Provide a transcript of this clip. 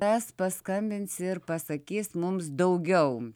kas paskambins ir pasakys mums daugiau